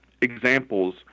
examples